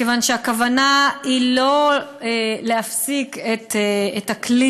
מכיוון שהוכוונה היא לא להפסיק את הכלי